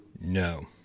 No